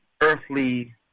earthly